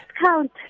count